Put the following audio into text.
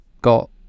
got